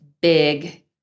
big